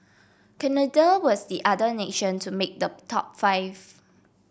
Canada was the other nation to make the top five